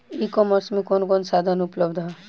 ई कॉमर्स में कवन कवन साधन उपलब्ध ह?